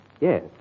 Yes